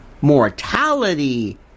mortality